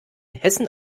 hessen